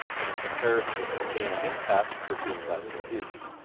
but in comparison with them gaining impact from being less diffuse.